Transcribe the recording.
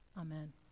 Amen